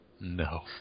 No